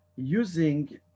using